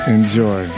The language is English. Enjoy